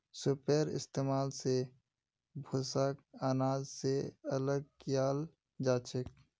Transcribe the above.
सूपेर इस्तेमाल स भूसाक आनाज स अलग कियाल जाछेक